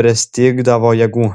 pristigdavo jėgų